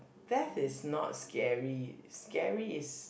that is not scary scary is